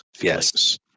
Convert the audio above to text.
Yes